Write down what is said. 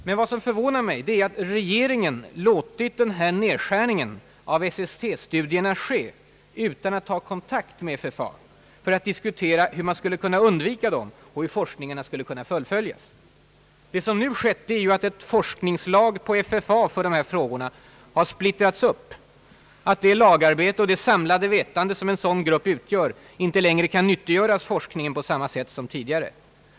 Men vad som förvånar mig är att regeringen låtit den här nedskärningen av SST-studierna ske utan att ta kontakt med FFA för att diskutera hur den skulle kunna undvikas och hur forskningarna skulle kunna fullföljas. Det som nu skett är ju att ett forskningslag på FFA för de här frågorna har splittrats upp, att det lagarbete och det samlade vetande som en sådan grupp utgör inte längre kan nyttiggöras forskningen på samma sätt som tidigare.